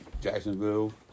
Jacksonville